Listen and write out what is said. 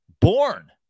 born